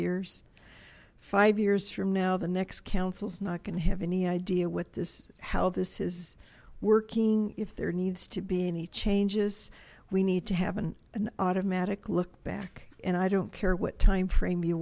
years five years from now the next council's not going to have any idea what this how this is working if there needs to be any changes we need to have been an automatic look back and i don't care what time frame you